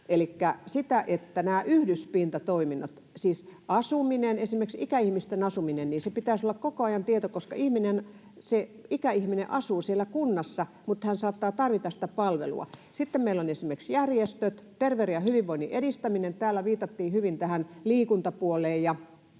siis asuminen... Esimerkiksi ikäihmisten asumisesta pitäisi olla koko ajan tieto, koska se ikäihminen asuu siellä kunnassa, mutta hän saattaa tarvita sitä palvelua. Sitten meillä on esimerkiksi järjestöt, terveyden ja hyvinvoinnin edistäminen. Täällä viitattiin hyvin tähän liikuntapuoleen